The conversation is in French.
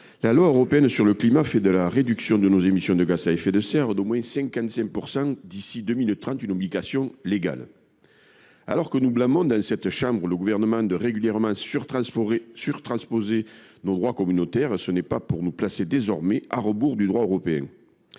La loi européenne sur le climat fait de la réduction de nos émissions de gaz à effet de serre d’au moins 55 % d’ici à 2030 une obligation légale. Alors que nous blâmons régulièrement le Gouvernement de surtransposer le droit communautaire, il ne s’agirait pas de nous placer désormais à rebours du droit européen.